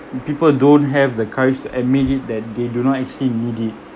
people don't have the courage to admit it that they do not actually need it